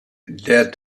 der